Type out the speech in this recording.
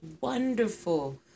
wonderful